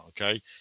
Okay